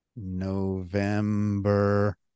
November